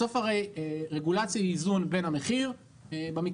בסוף הרי רגולציה היא איזון בין המחיר במקרה